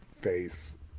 face